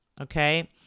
okay